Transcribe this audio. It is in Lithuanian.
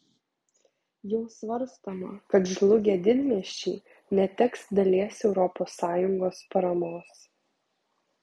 jau svarstoma kad žlugę didmiesčiai neteks dalies europos sąjungos paramos